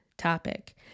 topic